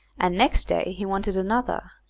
and next day he wanted another.